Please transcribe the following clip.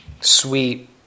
sweet